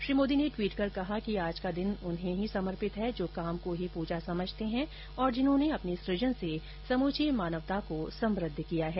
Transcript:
श्री मोदी ने ट्वीट कर कहा कि आज का दिन उन्हें ही समर्पित है जो काम को ही पूजा समझते हैं और जिन्होंने अपने सृजन से समूची मानवता को समृद्ध किया है